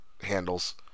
handles